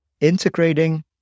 Integrating